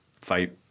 fight